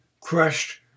crushed